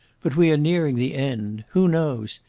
but we are nearing the end. who knows?